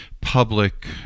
public